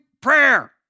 prayer